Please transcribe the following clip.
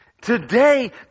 Today